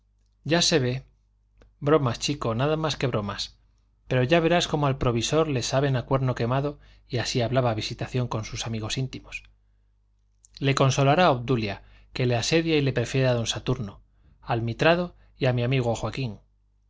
ya se ve bromas chico nada más que bromas pero ya veras como al provisor le saben a cuerno quemado así hablaba visitación con sus amigos íntimos le consolará obdulia que le asedia y le prefiere a don saturno al mitrado y a mi amigo joaquín